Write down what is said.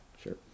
Sure